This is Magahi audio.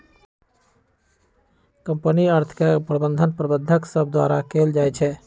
कंपनी अर्थ के प्रबंधन प्रबंधक सभ द्वारा कएल जाइ छइ